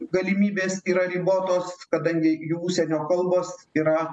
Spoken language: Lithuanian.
galimybės yra ribotos kadangi jų užsienio kalbos yra